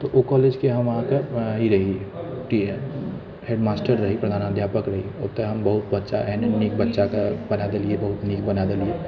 तऽ ओ कॉलेज के हम अहाँके ई रहि कि हेडमास्टर रही प्रधानाध्यापक रही ओतय हम बहुत बच्चा एहन एहन नीक बच्चाके पढ़ा देलियै बहुत नीक बना देलियै